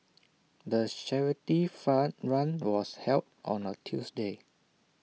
the charity fun run was held on A Tuesday